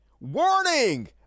warning